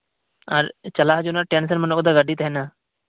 ᱟᱨ ᱪᱟᱞᱟᱜ ᱦᱤᱡᱩᱜ ᱨᱮᱱᱟᱜ ᱴᱮᱱᱥᱮᱱ ᱵᱟᱹᱱᱩᱜᱼᱟ ᱜᱟᱹᱰᱤ ᱛᱟᱸᱦᱮᱱᱟ